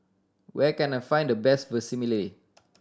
where can I find the best Vermicelli